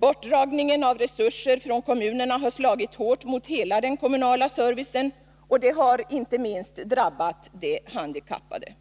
Bortdragningen av resurser från kommunerna har slagit hårt mot hela den kommunala servicen, och det har inte minst drabbat de handikappade.